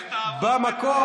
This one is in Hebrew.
במקום,